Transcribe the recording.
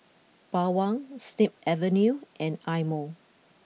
Bawang Snip Avenue and Eye Mo